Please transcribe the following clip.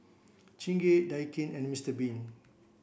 Chingay Daikin and Mister bean